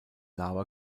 lava